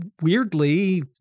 weirdly